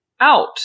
out